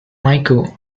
michael